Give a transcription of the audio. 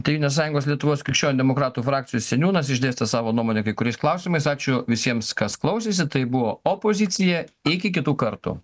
tėvynės sąjungos lietuvos krikščionių demokratų frakcijos seniūnas išdėstė savo nuomonę kai kuriais klausimais ačiū visiems kas klausėsi tai buvo opozicija iki kitų kartų